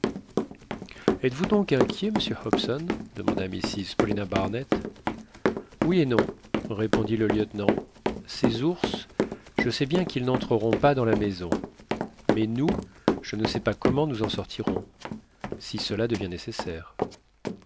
êtes-vous donc inquiet monsieur hobson demanda mrs paulina barnett oui et non répondit le lieutenant ces ours je sais bien qu'ils n'entreront pas dans la maison mais nous je ne sais pas comment nous en sortirons si cela devient nécessaire